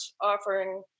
offering